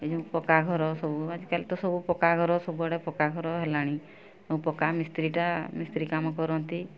ଏଇ ଯେଉଁ ପକ୍କାଘର ସବୁ ଆଜିକାଲି ତ ସବୁ ପକ୍କାଘର ସବୁଆଡ଼େ ପକ୍କାଘର ହେଲାଣି ପକ୍କା ମିସ୍ତ୍ରୀଟା ମିସ୍ତ୍ରୀ କାମ କରନ୍ତି